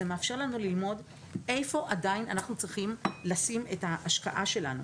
זה מאפשר לנו ללמוד איפה עדיין אנחנו צריכים לשים את ההשקעה שלנו,